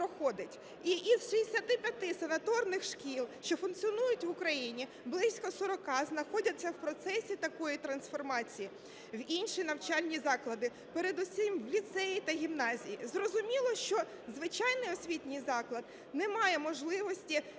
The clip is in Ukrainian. Із 65 санаторних шкіл, що функціонують в Україні, близько 40-а знаходяться в процесі такої трансформації в інші навчальні заклади, передусім – в ліцеї та гімназії. Зрозуміло, що звичайний освітній заклад не має можливості